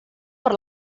per